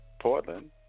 Portland